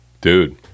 Dude